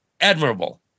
admirable